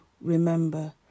remember